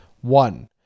One